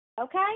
Okay